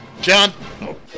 John